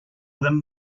them